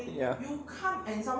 ya